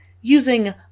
using